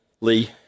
Lee